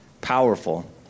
Powerful